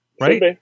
Right